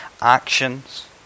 actions